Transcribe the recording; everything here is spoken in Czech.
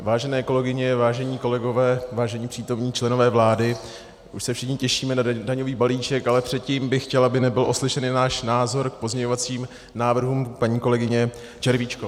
Vážené kolegyně, vážení kolegové, vážení přítomní členové vlády, už se všichni těšíme na daňový balíček, ale předtím bych chtěl, aby nebyl oslyšen náš názor k pozměňovacím návrhům paní kolegyně Červíčkové.